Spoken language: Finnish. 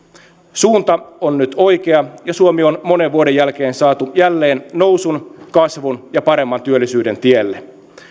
suunta on nyt oikea ja suomi on monen vuoden jälkeen saatu jälleen nousun kasvun ja paremman työllisyyden tielle